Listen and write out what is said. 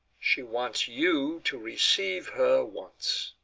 she wants you to receive her once.